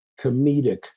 comedic